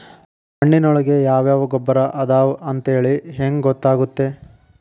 ಮಣ್ಣಿನೊಳಗೆ ಯಾವ ಯಾವ ಗೊಬ್ಬರ ಅದಾವ ಅಂತೇಳಿ ಹೆಂಗ್ ಗೊತ್ತಾಗುತ್ತೆ?